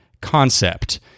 concept